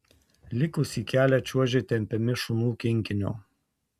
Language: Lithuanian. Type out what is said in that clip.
likusį kelią čiuožė tempiami šunų kinkinio